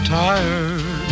tired